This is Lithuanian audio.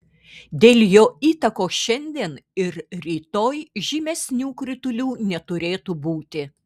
dėl jo įtakos šiandien ir rytoj žymesnių kritulių neturėtų būti